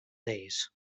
days